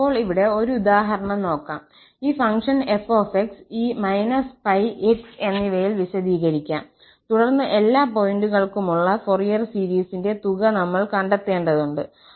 ശരി ഇപ്പോൾ ഇവിടെ ഒരു ഉദാഹരണം നോക്കാം ഈ ഫംഗ്ഷൻ f𝑥 ഈ −𝜋 x എന്നിവയാൽ വിശദീകരിക്കാം തുടർന്ന് എല്ലാ പോയിന്റുകൾക്കുമുള്ള ഫൊറിയർ സീരീസിന്റെ തുക നമ്മൾ കണ്ടെത്തേണ്ടതുണ്ട്